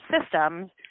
systems